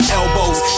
elbows